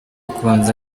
kubanza